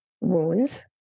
wounds